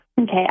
Okay